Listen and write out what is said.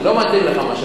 לא מתאים לך מה שאמרת.